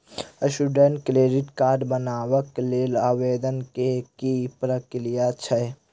Student credit card बनेबाक लेल आवेदन केँ की प्रक्रिया छै?